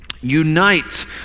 Unite